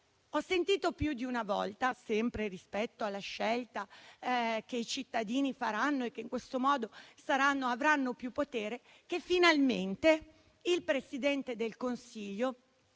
Ho sentito più di una volta, sempre rispetto alla scelta che i cittadini faranno e che in questo modo avranno più potere, che finalmente il Presidente del Consiglio